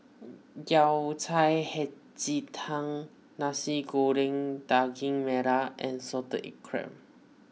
Yao Cai Hei Ji Tang Nasi Goreng Daging Merah and Salted Crab